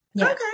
okay